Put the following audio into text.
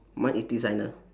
mine is designer